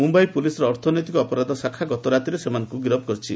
Mumbai police ଅର୍ଥନୈତିକ ଅପରାଧ ଶାଖା ଗତରାତିରେ ସେମାନଙ୍କୁ ଗିରଫ କରିଛି